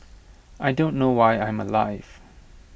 I don't know why I'm alive